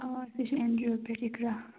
آ أسۍ چھِ این جی او پیٚٹھ اقرا